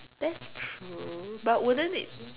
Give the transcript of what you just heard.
that's true but wouldn't it